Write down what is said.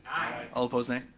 all opposed, nay.